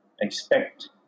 expect